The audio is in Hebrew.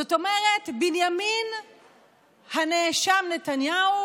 זאת אומרת, בנימין הנאשם נתניהו